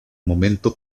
momento